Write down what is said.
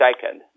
second